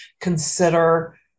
consider